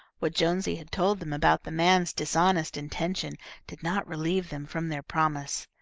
what jonesy had told them about the man's dishonest intention did not relieve them from their promise.